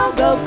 go